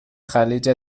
خلیج